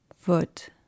foot